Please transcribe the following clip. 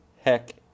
Heck